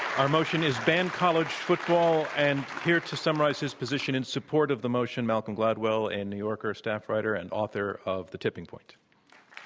our motion is ban college football. and here to summarize his position in support of the motion, malcolm gladwell, a new yorker staff writer and author of the tipping point.